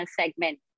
segment